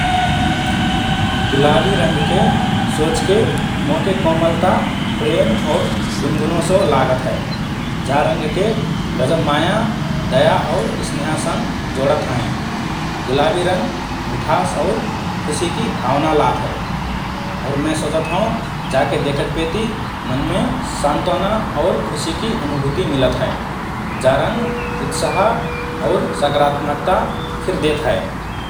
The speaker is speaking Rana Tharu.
गुलाबी रंगके सोचके मोके कोमलता, प्रेम और गुनगुनोसो लागत हए । जा रंगके गजब माया, दया और स्नेहासंग जोडत हएँ । गुलाबी रंग मिठास और खुशीकि भावना लात हए और मए सोचत हओँ, जाके देखतपेति मनमे सान्त्वना और खुशिकि अनुभुति मिलत हए । जा रंग उत्साह और सकारात्मकता फिर देत हए ।